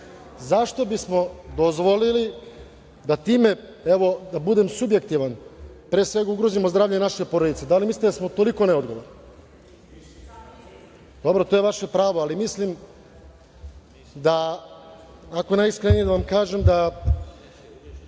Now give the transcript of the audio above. Zašto bismo dozvolili da time, evo da budem subjektivan, pre svega, da ugrozimo zdravlje naše porodice. Da li mislite da smo toliko neodgovorni? Dobro to je vaše pravo. Ali mislim, najiskrenije da vam kažem,